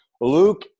Luke